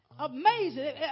amazing